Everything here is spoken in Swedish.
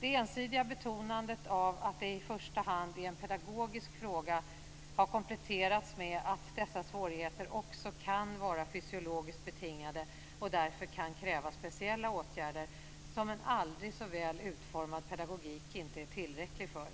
Det ensidiga betonandet av att det i första hand är en pedagogisk fråga har kompletterats med att dessa svårigheter också kan vara fysiologiskt betingade och därför kan kräva speciella åtgärder, som en aldrig så väl utformad pedagogik inte är tillräcklig för.